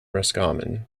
roscommon